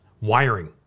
wiring